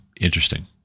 interesting